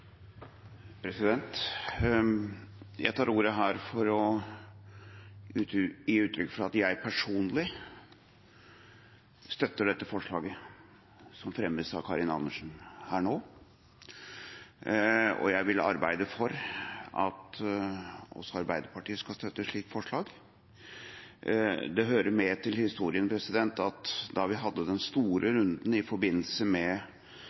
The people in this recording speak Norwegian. Jeg tar ordet for å gi uttrykk for at jeg personlig støtter det forslaget som fremmes av Karin Andersen her nå, og jeg vil arbeide for at også Arbeiderpartiet vil støtte et slikt forslag. Det hører med til historien at da vi hadde den store runden i forbindelse med